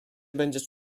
będziesz